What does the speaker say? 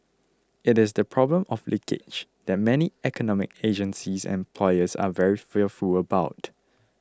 it is the problem of leakage that many economic agencies and employers are very fearful about